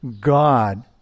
God